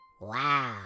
Wow